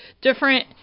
different